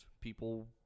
People